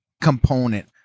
component